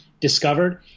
discovered